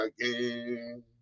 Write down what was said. again